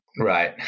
Right